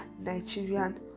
Nigerian